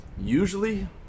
Usually